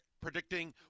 predicting